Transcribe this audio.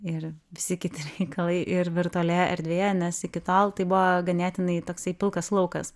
ir visi kiti reikalai ir virtualioje erdvėje nes iki tol tai buvo ganėtinai toksai pilkas laukas